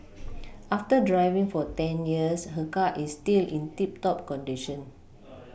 after driving for ten years her car is still in tip top condition